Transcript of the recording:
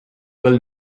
will